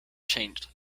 changed